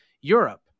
Europe